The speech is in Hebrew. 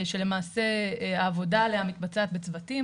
שלמעשה העבודה עליה מתבצעת בצוותים.